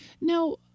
Now –